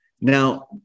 Now